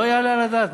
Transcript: לא יעלה על הדעת.